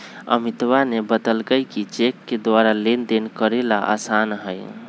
अमितवा ने बतल कई कि चेक के द्वारा लेनदेन करे ला आसान हई